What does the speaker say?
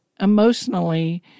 emotionally